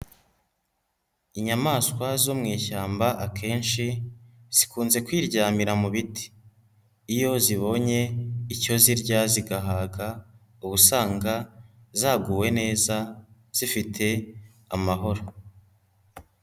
Inyamaswa zo mu ishyamba akenshi zikunze kwiryamira mu biti, iyo zibonye icyo zirya zigahaga ubusanga zaguwe neza zifite amahoro.